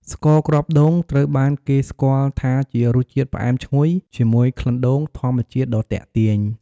ស្ករគ្រាប់ដូង ត្រូវបានគេស្គាល់ថាមានរសជាតិផ្អែមឈ្ងុយ ជាមួយក្លិនដូងធម្មជាតិដ៏ទាក់ទាញ។